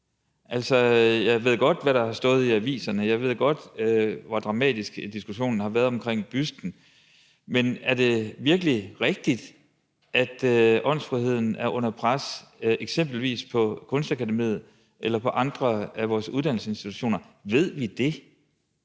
Altså, jeg ved godt, hvad der har stået i aviserne, og jeg ved godt, hvor dramatisk diskussionen har været omkring busten, men er det virkelig rigtigt, at åndsfriheden er under pres eksempelvis på Kunstakademiet eller på andre af vores uddannelsesinstitutioner? Ved vi det?